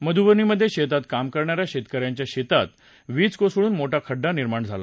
मधुबनीमधे शेतात काम करणा या शेतक याच्या शेतात वीज कोसळून मोठा खड्डा निर्माण झाला